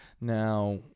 Now